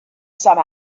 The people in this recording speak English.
some